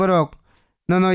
Nono